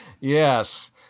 yes